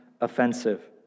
offensive